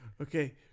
okay